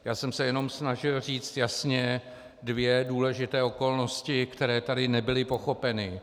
Jenom jsem se snažil říct jasně dvě důležité okolnosti, které tady nebyly pochopeny.